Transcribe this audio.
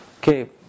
Okay